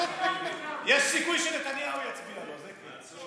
יש סיכוי שנתניהו יצביע לו, זה כן.